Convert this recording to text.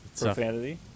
Profanity